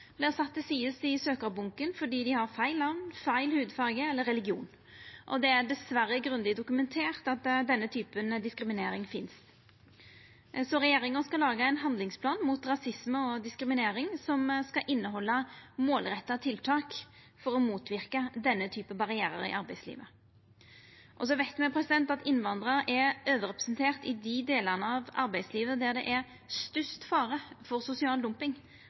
til sides i søkjarbunken fordi dei har feil namn, feil hudfarge eller feil religion. Det er dessverre grundig dokumentert at slik diskriminering finst. Regjeringa skal laga ein handlingsplan mot rasisme og diskriminering, som skal innehalda målretta tiltak for å motverka slike barrierar i arbeidslivet. Me veit at innvandrarar er overrepresenterte i dei delane av arbeidslivet der det er størst fare for sosial dumping